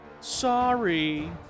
Sorry